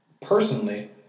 personally